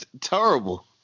Terrible